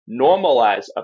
normalize